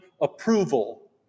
approval